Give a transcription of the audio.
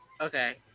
Okay